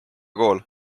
kool